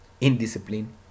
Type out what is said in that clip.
Indiscipline